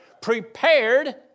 prepared